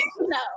No